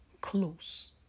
close